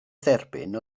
dderbyn